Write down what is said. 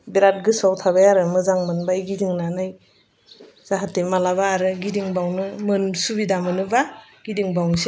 बिराद गोसोआव थाबाय आरो मोजां मोनबाय गिदिंनानै जाहाथे माब्लाबा आरो गिदिंबावनो सुबिदा मोनोब्ला गिदिंबावनोसै